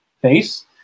face